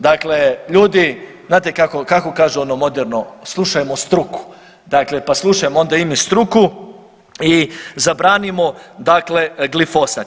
Dakle, ljudi znate kako kažu ono moderno, slušajmo struku, dakle pa slušajmo onda i mi struku i zabranimo glifosat.